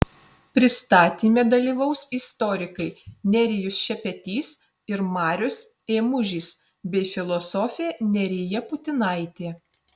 pristatyme dalyvaus istorikai nerijus šepetys ir marius ėmužis bei filosofė nerija putinaitė